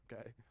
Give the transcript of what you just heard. okay